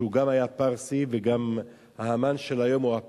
שגם הוא היה פרסי וגם ההמן של היום הוא,